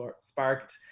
sparked